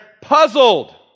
puzzled